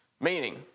Meaning